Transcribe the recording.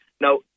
Now